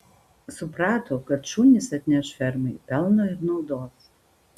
suprato kad šunys atneš fermai pelno ir naudos